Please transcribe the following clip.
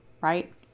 right